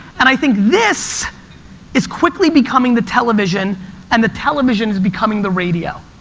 and i think this is quickly becoming the television and the television is becoming the radio.